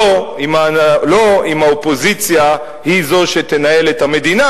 לא אם האופוזיציה היא זו שתנהל את המדינה,